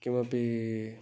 किमपि